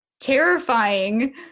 terrifying